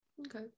Okay